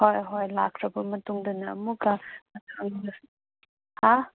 ꯍꯣꯏ ꯍꯣꯏ ꯂꯥꯛꯈ꯭ꯔꯕ ꯃꯇꯨꯡꯗꯅ ꯑꯃꯨꯛꯀ ꯍꯥ